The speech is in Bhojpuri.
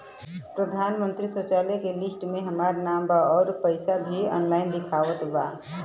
प्रधानमंत्री शौचालय के लिस्ट में हमार नाम बा अउर पैसा भी ऑनलाइन दिखावत बा